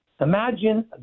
Imagine